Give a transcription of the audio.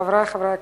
חברי חברי הכנסת,